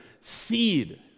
Seed